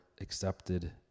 accepted